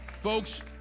Folks